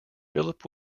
philip